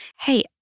hey